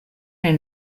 nel